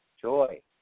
Joy